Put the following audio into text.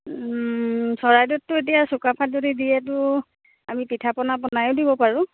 চৰাইদেউতটো এতিয়া চুকাফাত যদি দিয়েতো আমি পিঠা পনা বনায়ো দিব পাৰোঁ